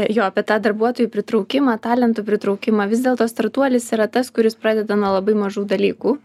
jo apie tą darbuotojų pritraukimą talentų pritraukimą vis dėlto startuolis yra tas kuris pradeda nuo labai mažų dalykų